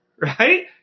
right